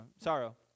sorrow